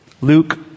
Luke